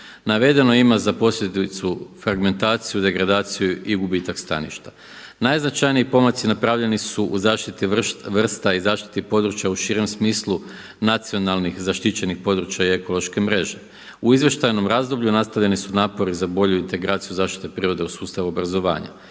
Navedeno ima za posljedicu fragmentaciju, degradaciju i gubitak staništa. Najznačajniji pomaci napravljeni su u zaštiti vrsta i zaštiti područja u širem smislu nacionalnih zaštićenih područja i ekološke mreže. U izvještajnom razdoblju nastavljeni su napori za bolju integraciju zašite prirode u sustavu obrazovanja.